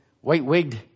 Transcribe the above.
white-wigged